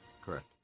Correct